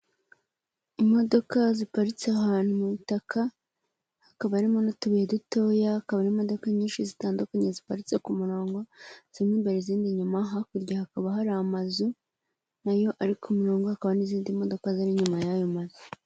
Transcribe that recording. Imodoka ziparitse ahantu ku butaka, hakaba harimo n'utubuye dutoya, hakaba hari imodoka nyinshi zitandukanye ziparitse ku murongo, zimwe imbere izindi inyuma; hakurya hakaba hari amazu nayo ari ku murongo, hakaba n'izindi modoka ziri inyuma y'ayo mazu.